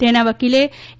તેના વકીલ એ